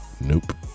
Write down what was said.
Nope